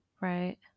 right